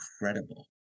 incredible